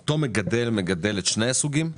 אותו מגדל מגדל את שני הסוגים?